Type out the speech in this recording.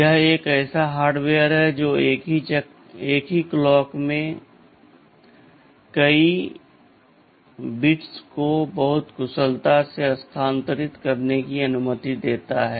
यह एक ऐसा हार्डवेयर है जो एक ही चक्र में कई बिट्स को बहुत कुशलता से स्थानांतरित करने की अनुमति देता है